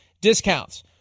discounts